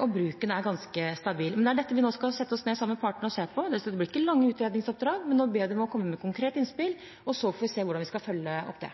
og bruken er ganske stabil. Men det er dette vi nå skal sette oss ned sammen med partene og se på. Det blir ikke lange utredningsoppdrag, men nå ber jeg dem om å komme med konkrete innspill, og så får vi se hvordan vi skal følge opp det.